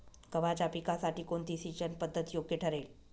गव्हाच्या पिकासाठी कोणती सिंचन पद्धत योग्य ठरेल?